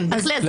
כן, בהחלט.